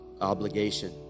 obligation